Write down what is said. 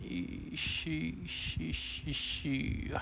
she she she